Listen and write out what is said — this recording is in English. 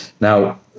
Now